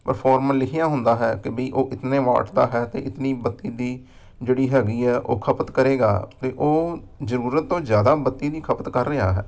proforma ਲਿਖਿਆ ਹੁੰਦਾ ਹੈ ਕਿ ਵੀ ਉਹ ਇਤਨੇ ਵੋਰਟ ਦਾ ਹੈ ਅਤੇ ਇਤਨੀ ਬੱਤੀ ਦੀ ਜਿਹੜੀ ਹੈਗੀ ਹੈ ਉਹ ਖਪਤ ਕਰੇਗਾ ਅਤੇ ਉਹ ਜ਼ਰੂਰਤ ਤੋਂ ਜ਼ਿਆਦਾ ਬੱਤੀ ਦੀ ਖਪਤ ਕਰ ਰਿਹਾ ਹੈ